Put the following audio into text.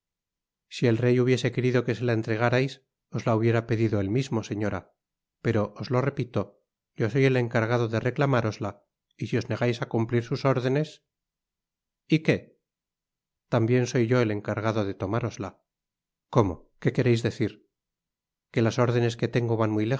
si el rey hubiese querido que se la entregarais os la hubiera pedido él mismo señora pero os lo repito soy yo el encargado de reclamárosla y si os negais á cumplir sus órdenes y qué tambien soy yo el encargado de tomárosla cómo qué quereis decir que las órdenes que tengo